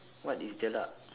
what is jelak